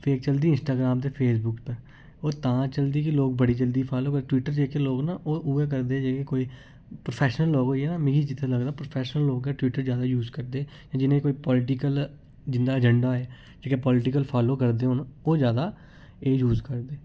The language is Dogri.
फेक चलदी इंटाग्रांम ते फेसबुक पर होर तां चलदी कि लोक बड़े जल्दी फालो करदे टवीटर जेहके लोक न ओह् उ'यै करदे जेह्ड़े प्रोफैशनल लोक होई गे न मिगी जित्थै लगदा प्रोफैशनल लोक गै टवीटर जादा यूज करदे जिनेंगी कोई पालिटिकल जिंदा अजैंडा ऐ जेह्के पालिटिकल फालो जादा करदे होन ओह् जादा एह् यूज करदे